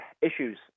issues